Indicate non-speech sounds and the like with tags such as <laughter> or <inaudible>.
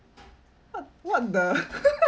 <noise> what what the <laughs>